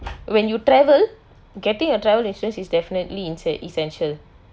when you travel getting a travel insurance is definitely esse~ essential